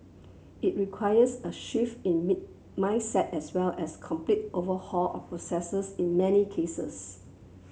it requires a shift in mid mindset as well as complete overhaul of processes in many cases